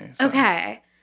okay